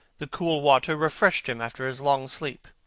the cool water refreshed him after his long sleep.